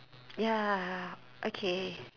ya okay